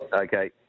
Okay